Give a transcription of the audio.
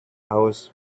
house